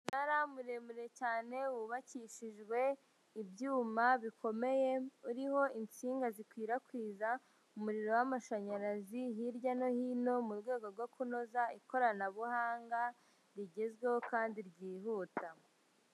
Umunara muremure cyane wubakishijwe ibyuma bikomeye, uriho insinga zikwirakwiza umuriro w'amashanyarazi hirya no hino mu rwego rwo kunoza ikoranabuhanga rigezweho kandi ryihuta.